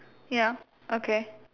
ya okay